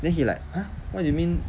then he like !huh! what you mean